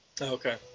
okay